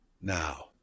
now